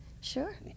Sure